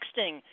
texting